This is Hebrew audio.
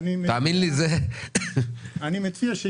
יהיה פה דיון מעניין, אני מבטיח לך.